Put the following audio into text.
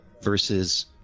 versus